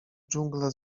dżungla